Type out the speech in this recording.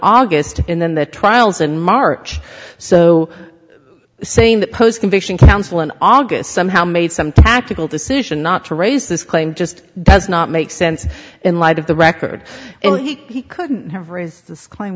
august and then the trials in march so saying that postcondition council in august somehow made some tactical decision not to raise this claim just does not make sense in light of the record he couldn't have or is this claim